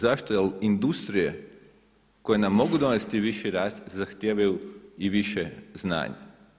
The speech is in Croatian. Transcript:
Zašto industrije koje nam mogu donesti viši rast zahtijevaju i više znanja?